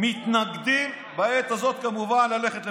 מתנגדים בעת הזאת כמובן ללכת לבחירות.